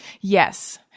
Yes